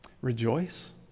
Rejoice